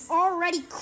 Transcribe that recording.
already